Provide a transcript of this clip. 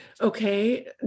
Okay